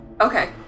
Okay